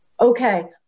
Okay